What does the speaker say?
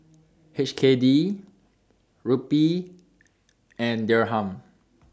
H K D Rupee and Dirham